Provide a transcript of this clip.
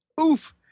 Oof